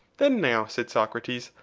then now, said socrates,